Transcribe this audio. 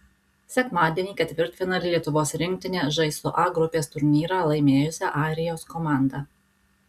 sekmadienį ketvirtfinalyje lietuvos rinktinė žais su a grupės turnyrą laimėjusia airijos komanda